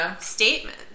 statement